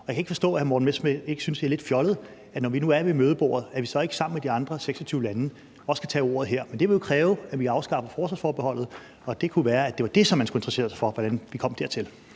og jeg kan ikke forstå, at hr. Morten Messerschmidt ikke synes, det er lidt fjollet, at vi, når vi nu er ved mødebordet, så ikke sammen med de andre 26 lande også kan tage ordet her. Men det ville jo kræve, at vi afskaffer forsvarsforbeholdet, og det kunne være, at det var det, som man skulle interessere for, altså hvordan vi kommer dertil.